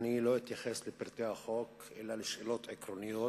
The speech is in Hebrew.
אני לא אתייחס לפרטי החוק, אלא לשאלות עקרוניות.